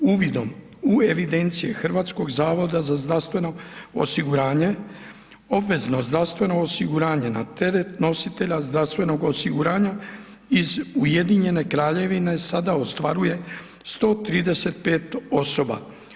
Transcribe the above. Uvidom u evidencije Hrvatskog zavoda za zdravstveno osiguranje, obvezno zdravstveno osiguranje na teret nositelja zdravstvenog osiguranja, iz Ujedinjene Kraljevne ostvaruje 135 osoba.